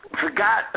Forgot